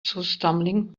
stumbling